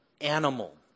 animal